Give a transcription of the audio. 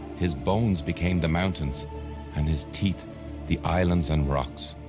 his bones became the mountains and his teeth the islands and rocks.